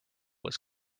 was